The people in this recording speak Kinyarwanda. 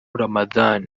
ramadhan